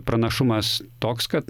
pranašumas toks kad